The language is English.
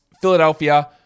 Philadelphia